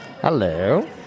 Hello